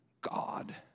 God